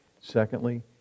Secondly